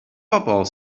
bobl